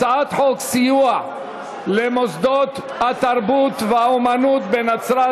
הצעת חוק סיוע למוסדות התרבות והאמנות בנצרת,